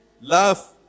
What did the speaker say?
love